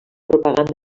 propaganda